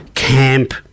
camp